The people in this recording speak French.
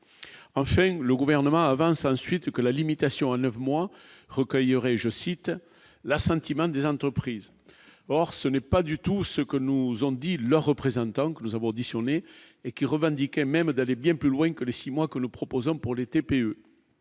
en fait, le gouvernement avance ensuite que la limitation à 9 mois aurait, je cite l'assentiment des entreprises, or ce n'est pas du tout ce que nous ont dit leur représentant, que nous avons auditionnés et qui revendiquait même d'aller bien plus loin que les 6 mois que nous proposons pour les TPE,